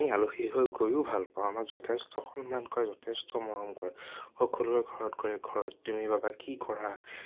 আমি আলহী হৈ গৈয়ো ভাল পাওঁ আমাক যথেষ্ট সন্মান কৰে যথেষ্ট মৰম কৰে সকলোৰে ঘৰত কৰে ঘৰত তুমি বাবা কি কৰা